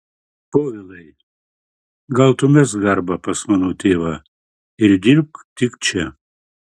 povilai gal tu mesk darbą pas mano tėvą ir dirbk tik čia